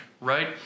right